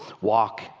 walk